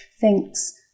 thinks